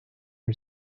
are